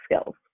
skills